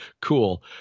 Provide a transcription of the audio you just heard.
cool